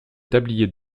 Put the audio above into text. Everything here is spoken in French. tablier